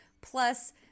Plus